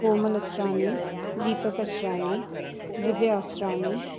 Komal Asrani Deepak Asrani Divya Asrani